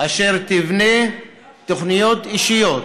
אשר תבנה תוכניות אישיות